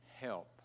help